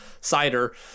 Cider